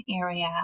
area